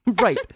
Right